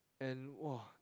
and !wow!